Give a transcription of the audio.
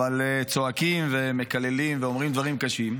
צועקים ומקללים ואומרים דברים קשים,